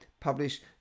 publish